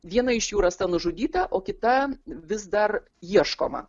viena iš jų rasta nužudyta o kita vis dar ieškoma